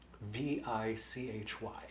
V-I-C-H-Y